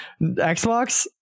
Xbox